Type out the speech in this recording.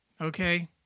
Okay